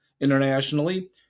internationally